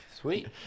Sweet